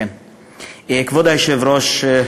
כבוד היושב-ראש,